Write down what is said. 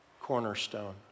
cornerstone